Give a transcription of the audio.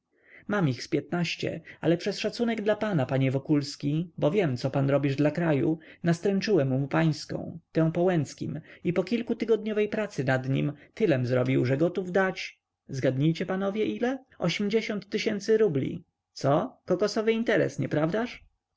mam ich z piętnaście ale przez szacunek dla pana panie wokulski bo wiem co pan robisz dla kraju nastręczyłem mu pańską tę po łęckim i po dwutygodniowej pracy nad nim tylem zrobił że gotów dać zgadnijcie panowie ile ośmdziesiąt tysięcy rubli co kokosowy interes nieprawdaż